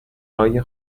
های